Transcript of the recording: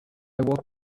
walked